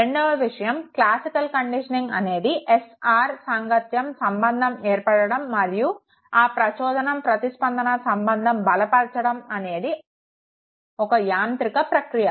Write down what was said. రెండవ విషయం classical conditioning అనేది S R అస్సోసియేషన్ సంబంధం ఏర్పడడం మరియు ఆ ప్రచోదనం ప్రతిస్పందన సంబంధం బలపరచడం అనేది ఒక యాంత్రిక ప్రక్రియ